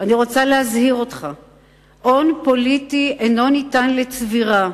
אני רוצה להזהיר אותך: הון פוליטי אינו ניתן לצבירה,